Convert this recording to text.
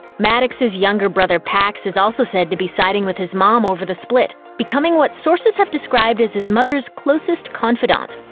maddox's younger brother pax is also said to be siding with his mom over the split, becoming what sources have described as his mother's closest confidant.